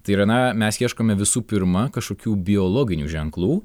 tai yra na mes ieškome visų pirma kažkokių biologinių ženklų